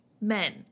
men